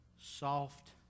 soft